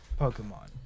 Pokemon